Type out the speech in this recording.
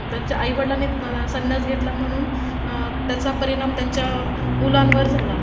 त्यांच्या आईवडिलांनी संन्यास घेतला म्हणून त्याचा परिणाम त्यांच्या मुलांवर झाला